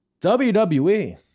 WWE